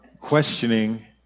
questioning